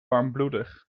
warmbloedig